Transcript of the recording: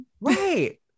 right